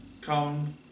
come